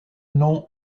nom